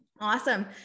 Awesome